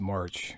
March